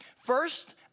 First